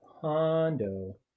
Hondo